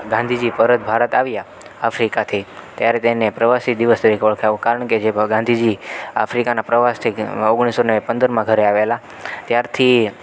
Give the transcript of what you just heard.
ગાંધીજી પરત ભારત આવ્યા આફ્રિકાથી ત્યારે તેને પ્રવાસી દિવસ તરીકે ઓળખાયો કારણ કે જે ગાંધીજી આફ્રિકાના પ્રવાસથી ઓગણીસસો ને પંદરમાં ઘરે આવેલા ત્યારથી